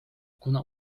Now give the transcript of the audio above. kuna